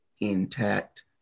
intact